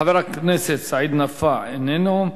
חבר הכנסת סעיד נפאע, איננו.